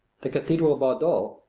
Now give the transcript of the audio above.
the cathedral of bordeaux,